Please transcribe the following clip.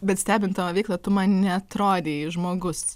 bet stebint tavo veiklą tu man neatrodei žmogus